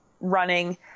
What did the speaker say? running